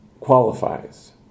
qualifies